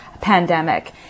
pandemic